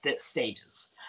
stages